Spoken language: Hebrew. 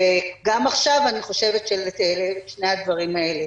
וגם עכשיו אני חושבת שצריך לטייב את שני הדברים האלה.